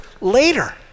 later